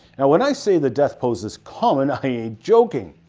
when i say the death pose is common, i aint joking.